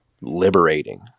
liberating